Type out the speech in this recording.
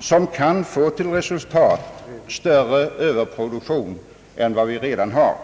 som kan få till resultat större överproduktion än vad vi redan har.